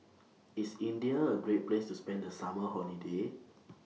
IS India A Great Place to spend The Summer Holiday